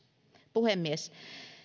puhemies